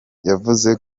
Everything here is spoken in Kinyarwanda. yavuze